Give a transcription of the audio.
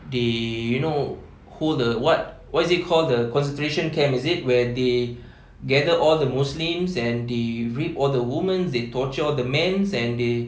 they you know hold the what what is it called the concentration camp is it where they gather all the muslims and they rape all the women they torture all the men and they